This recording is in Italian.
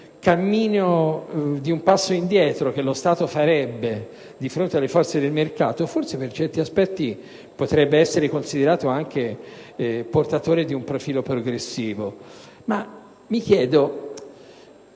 cammino, di passo indietro che lo Stato farebbe di fronte alle forze del mercato, forse, per certi aspetti, potrebbe essere considerato portatore di un profilo progressivo, ma mi chiedo